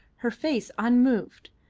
her face unmoved,